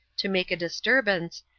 to make a disturbance,